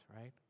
right